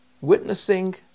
Witnessing